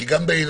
כי גם באילת